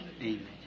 amen